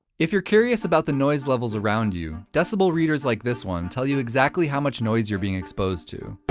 if you're curious about the noise levels around you, decibel readers like this one tell you exactly how much noise you're being exposed to.